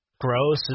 gross